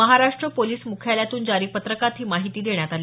Maharashtra police मुख्यालयातून जारी पत्रकात ही माहिती देण्यात आली